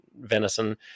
venison